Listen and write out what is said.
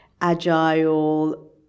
agile